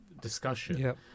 discussion